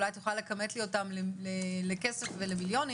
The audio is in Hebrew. אולי את יכולה לכמת לי אותן לכסף ולמיליונים,